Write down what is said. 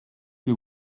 que